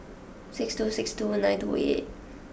six two six two nine two eight eight